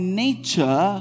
nature